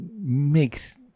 makes